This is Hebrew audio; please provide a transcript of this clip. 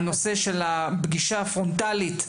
הנושא של הפגישה הפרונטלית,